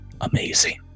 amazing